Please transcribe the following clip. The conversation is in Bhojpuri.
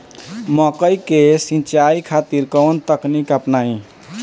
मकई के सिंचाई खातिर कवन तकनीक अपनाई?